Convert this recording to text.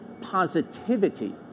positivity